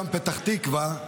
גם פתח תקווה,